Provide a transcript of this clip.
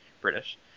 British